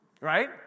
Right